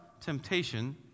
temptation